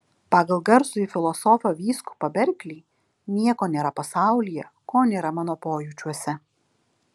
pagal garsųjį filosofą vyskupą berklį nieko nėra pasaulyje ko nėra mano pojūčiuose